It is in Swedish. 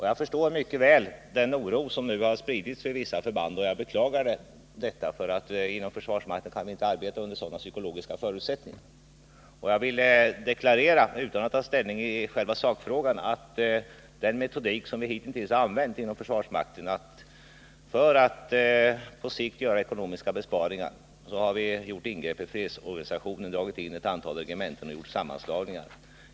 Jag förstår mycket väl den oro som nu har spritt sig i vissa förband, och jag beklagar denna oro, för inom försvarsmakten kan man inte arbeta under sådana psykologiska förutsättningar. Jag vill, utan att ta ställning i själva sakfrågan, deklarera att vi hittills inom försvarsmakten, för att på sikt göra ekonomiska besparingar, har använt metoden att göra ingrepp i fredsorganisationen. Vi har dragit in ett antal regementen och gjort sammanslagningar.